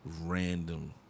random